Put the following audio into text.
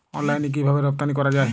অনলাইনে কিভাবে রপ্তানি করা যায়?